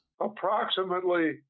Approximately